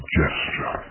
gesture